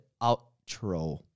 outro